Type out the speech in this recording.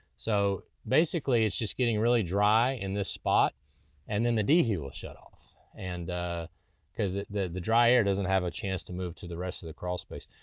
so basically it's just getting really dry in this spot and the dehu will shut off and cause the the dry air doesn't have a chance to move to the rest of the crawl space.